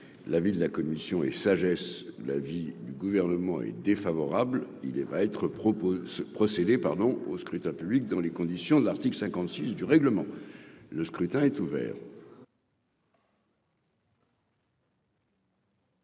la ville la commission et sagesse, l'avis du Gouvernement est défavorable, il est va être proposé ce procédé pardon au scrutin public dans les conditions de l'article 56 du règlement, le scrutin est ouvert.